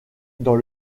dans